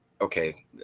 okay